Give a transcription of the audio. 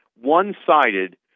one-sided